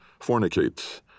fornicate